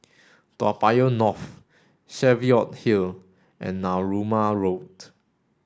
Toa Payoh North Cheviot Hill and Narooma Road